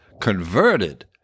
converted